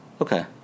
Okay